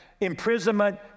imprisonment